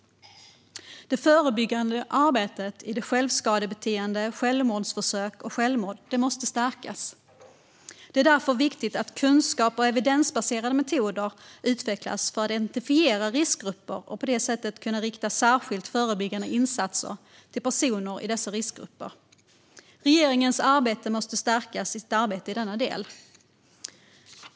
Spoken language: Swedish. Det förebyggande arbetet mot självskadebeteende, självmordsförsök och självmord måste stärkas. Det är därför viktigt att kunskap och evidensbaserade metoder utvecklas för att identifiera riskgrupper och på det sättet kunna rikta särskilda förebyggande insatser till personer i dessa riskgrupper. Regeringen måste stärka sitt arbete i denna del.